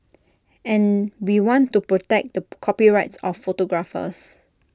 and we want to protect the copyrights of photographers